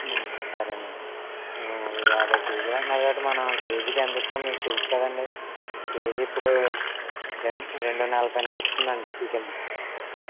సరేనండి ఒక యాభై కేజీలు అన్నారు కాబట్టి మనం కేజీకి ఎంత ఇస్తామో మీకు తెలుసు కదండి కేజీ ఇప్పుడు రెండ్ రెండు నలభై నడుస్తుందండి చికెన్